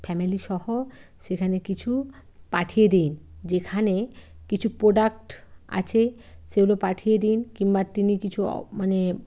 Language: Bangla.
ফ্যামিলিসহ সেখানে কিছু পাঠিয়ে দিন যেখানে কিছু প্রোডাক্ট আছে সেগুলো পাঠিয়ে দিন কিংবা তিনি কিছু মানে